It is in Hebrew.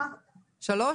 שלוש?